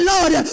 Lord